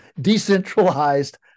decentralized